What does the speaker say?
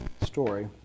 story